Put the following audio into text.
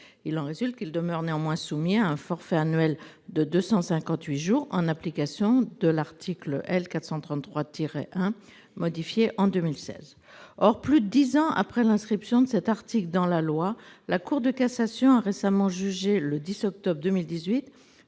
Il en résulte que ceux-ci demeurent soumis à un forfait annuel de 258 jours, en application de l'article L. 433-1, modifié en 2016. Or, plus de dix ans après l'inscription de cet article dans la loi, la Cour de cassation a récemment jugé, le 10 octobre 2018,